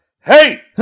Hey